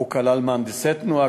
שכלל מהנדסי תנועה,